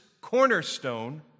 cornerstone